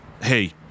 Hey